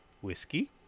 whiskey